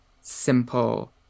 simple